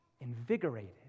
invigorated